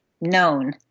known